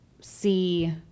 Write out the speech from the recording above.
see